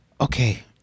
Okay